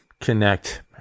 connect